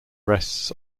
rests